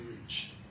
reach